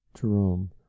jerome